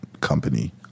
company